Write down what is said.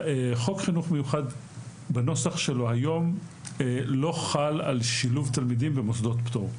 חוק חינוך מיוחד בנוסח שלו היום לא חל על שילוב תלמידים במוסדות פטור.